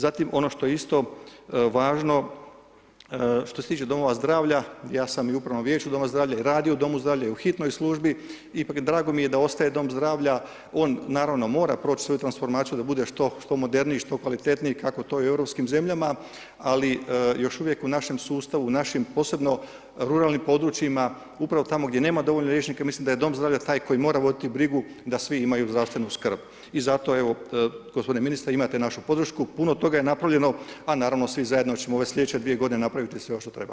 Zatim, ono što je isto važno, što se tiče domova zdravlja ja sam i u upravnom vijeću doma zdravlja, radio u domu zdravlja, u hitnoj službi, ipak drago mi je da ostaje dom zdravlja, on naravno mora proći svu transformaciju da bude što moderniji, što kvalitetniji kako je to u europskim zemljama ali još uvijek u našem sustavu, u našim posebno ruralnim područjima, upravo tamo gdje nema dovoljno liječnika, mislim da je dom zdravlja taj koji mora voditi brigu da svi imaju zdravstvenu skrb i zato evo, gospodine ministre, imate našu podršku, puno toga je napravljeno a naravno, svi zajedno ćemo već slijedeće 2 g. napraviti sve još što treba.